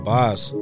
Boss